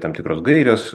tam tikros gairės